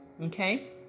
Okay